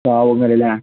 കാവുങ്ങൽ അല്ലേ